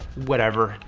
whatever.